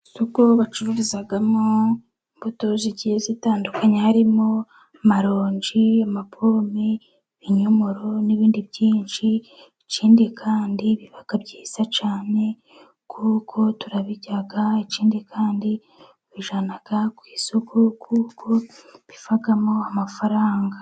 Isoko bacururizamo imbuto zigiye zitandukanye, harimo amaronji, amapome, ibinyomoro, n'ibindi byinshi, ikindi kandi biba byiza cyane kuko turabirya, ikindi kandi babijyana ku isoko, kuko bivamo amafaranga.